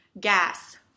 gas